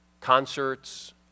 Concerts